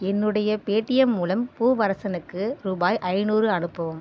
என்னுடைய பேடிஎம் மூலம் பூவரசனுக்கு ரூபாய் ஐந்நூறு அனுப்பவும்